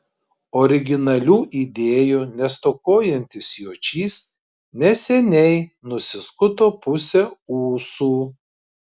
originalių idėjų nestokojantis jočys neseniai nusiskuto pusę ūsų